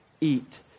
eat